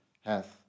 hath